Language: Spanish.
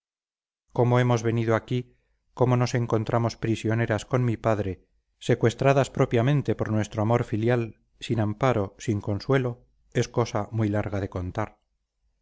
cómo hemos venido aquí cómo nos encontramos prisioneras con mi padre secuestradas propiamente por nuestro amor filial sin amparo sin consuelo es cosa muy larga de contar